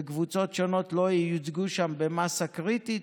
וקבוצות שונות לא ייצוגו שם במאסה קריטית